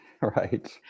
right